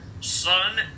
Son